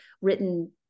written